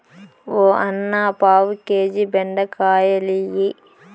ఓ అన్నా, పావు కేజీ బెండకాయలియ్యి